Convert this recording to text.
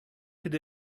could